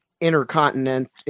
intercontinental